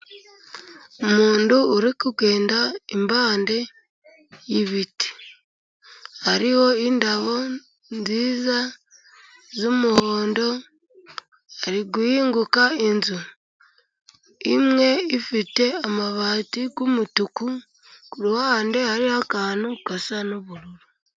Umuntu uri kugenda impande yibiti hariho indabo nziza z'umuhondo, hari guhinguka inzu imwe ifite amabati umutuku, kuruhande hariho, akantu gasa n'ubururu.